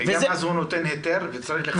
וגם אז הוא נותן היתר וצריך לחדש אותו.